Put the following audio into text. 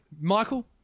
Michael